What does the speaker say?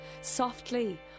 softly